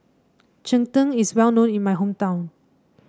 Cheng Tng is well known in my hometown